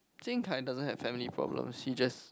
Jing-Kai doesn't have family problems he just